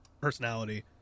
personality